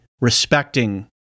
respecting